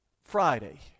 Friday